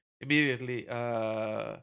immediately